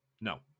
No